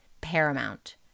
Paramount